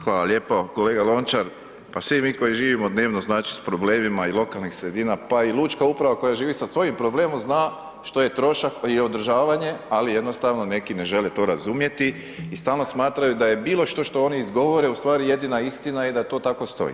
Hvala lijepo, kolega Lončar pa svi mi koji živimo dnevno znači s problemima i lokalnih sredina, pa i lučka uprava koja živi sa svojim problemom zna što je trošak i održavanje, ali jednostavno neki ne žele to razumjeti i stalno smatraju da je bilo što što oni izgovore u stvari jedina istina i da to tako stoji.